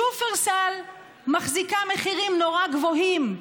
שופרסל מחזיקה מחירים נורא גבוהים,